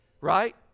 right